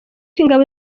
ingabo